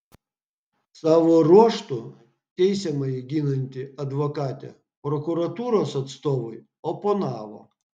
savo ruožtu teisiamąjį ginanti advokatė prokuratūros atstovui oponavo